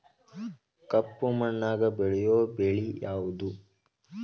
ಕಪ್ಪು ಮಣ್ಣಾಗ ಬೆಳೆಯೋ ಬೆಳಿ ಯಾವುದು?